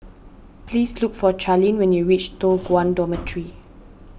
please look for Charline when you reach Toh Guan Dormitory